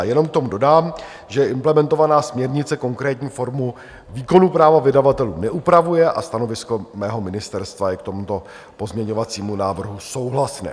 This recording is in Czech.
Jenom k tomu dodám, že implementovaná směrnice konkrétní formu výkonu práva vydavatelů neupravuje a stanovisko mého ministerstva je k tomuto pozměňovacímu návrhu souhlasné.